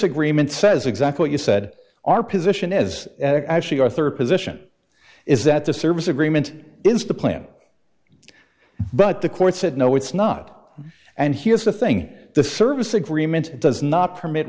agreement says exactly you said our position as actually our third position is that the service agreement is the plan but the court said no it's not and here's the thing the service agreement does not permit